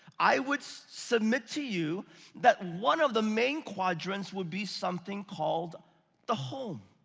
i would submit to you that one of the main quadrants would be something called the home.